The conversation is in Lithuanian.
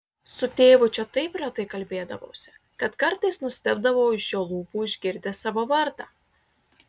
su tėvu čia taip retai kalbėdavausi kad kartais nustebdavau iš jo lūpų išgirdęs savo vardą